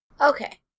Okay